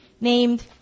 named